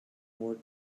more